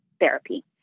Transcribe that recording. therapy